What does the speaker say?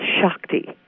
Shakti